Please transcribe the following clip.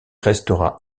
restera